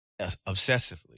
obsessively